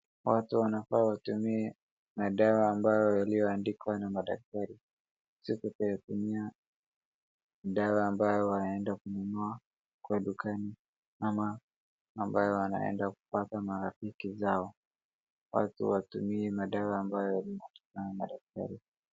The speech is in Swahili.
Watu wanafaa watumie madawa ambayo yaliyoandikwa na madaktari. Sio tu kuyatumia madawa ambayo wanaenda kununua kwa dukani ama ambayo wanaenda kupata marafiki zao. Watu watumie madawa ambayo wanapewa na madaktari.